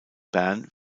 bern